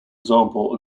example